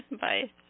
Bye